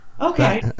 okay